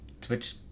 switch